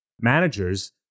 managers